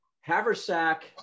Haversack